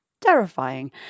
terrifying